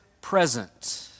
present